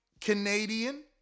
Canadian